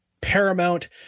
paramount